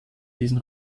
diesen